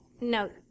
no